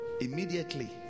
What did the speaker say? immediately